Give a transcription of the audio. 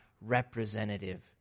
representative